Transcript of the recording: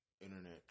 internet